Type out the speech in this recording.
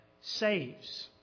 saves